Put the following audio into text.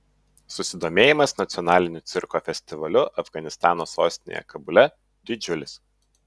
susidomėjimas nacionaliniu cirko festivaliu afganistano sostinėje kabule didžiulis